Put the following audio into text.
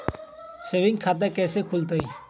Saving खाता कैसे खुलतई?